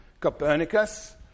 Copernicus